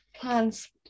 plans